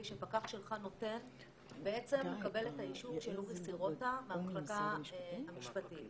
שפקח שלך נותן בעצם מקבל את האישור של אורי סירוטה מהמחלקה המשפטית,